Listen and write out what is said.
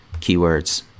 keywords